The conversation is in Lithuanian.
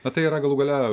na tai yra galų gale